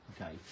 okay